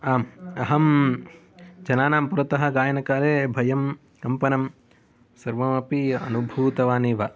अहं जनानां पुरतः गायनकाले भयं कम्पनं सर्वंम् अपि अनुभूतवान् एव